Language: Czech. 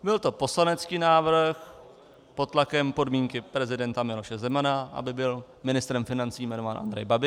Byl to poslanecký návrh pod tlakem podmínky prezidenta Miloše Zemana, aby byl ministrem financí jmenován Andrej Babiš.